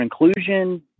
inclusion